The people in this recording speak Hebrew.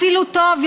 אפילו טוב,